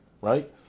right